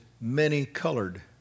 many-colored